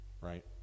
right